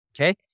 Okay